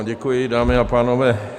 Děkuji, dámy a pánové.